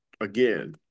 again